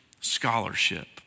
scholarship